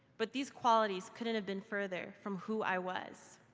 but these qualities couldn't have been further from who i was.